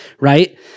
right